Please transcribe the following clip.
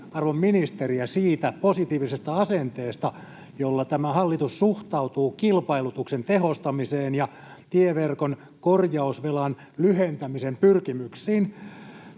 arvon ministeriä siitä positiivisesta asenteesta, jolla tämä hallitus suhtautuu kilpailutuksen tehostamiseen ja tieverkon korjausvelan lyhentämisen pyrkimyksiin.